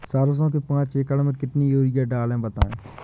सरसो के पाँच एकड़ में कितनी यूरिया डालें बताएं?